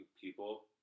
people